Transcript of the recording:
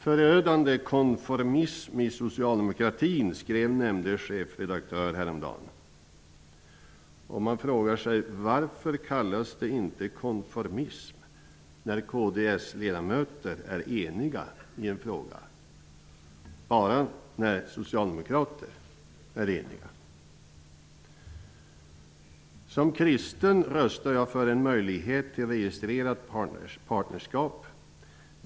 Förödande konformism i socialdemokratin skrev nämnde chefredaktör häromdagen. Man frågar sig varför det inte kallas för konformism när kds ledamöter är eniga i en fråga utan bara när socialdemokrater är eniga. Som kristen röstar jag för en möjlighet till registrerat partnerskap.